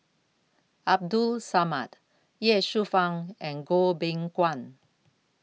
Abdul Samad Ye Shufang and Goh Beng Kwan